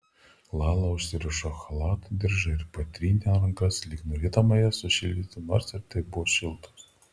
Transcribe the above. lala užsirišo chalato diržą ir patrynė rankas lyg norėdama jas sušildyti nors ir taip buvo šiltos